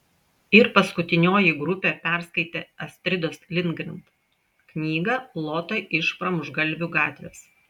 ir paskutinioji grupė perskaitė astridos lindgren knygą lota iš pramuštgalvių gatvės